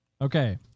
Okay